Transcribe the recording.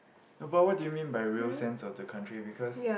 no but what do you mean by real sense of the country because